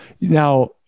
Now